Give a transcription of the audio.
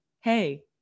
hey